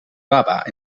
baba